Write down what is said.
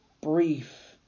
brief